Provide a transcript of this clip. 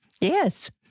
Yes